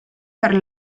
per